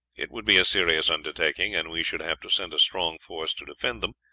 it would be a serious undertaking, and we should have to send a strong force to defend them,